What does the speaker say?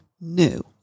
new